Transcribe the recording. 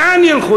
לאן ילכו?